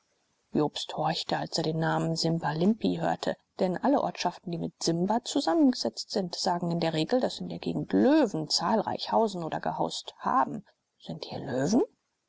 jobst horchte als er den namen simbalimpi hörte denn alle ortschaften die mit simba zusammengesetzt sind sagen in der regel daß in der gegend löwen zahlreich hausen oder gehaust haben sind hier löwen